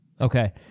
Okay